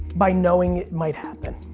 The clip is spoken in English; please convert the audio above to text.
by knowing it might happen.